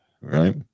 Right